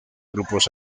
grupos